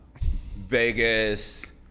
Vegas